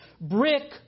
Brick